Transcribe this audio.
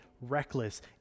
reckless